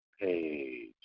page